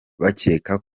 bakeka